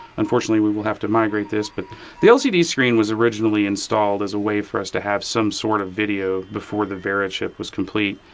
unfortunately we will have to migrate this. but the lcd screen was originally installed as a way for us to have some sort of video before the vera chip was complete.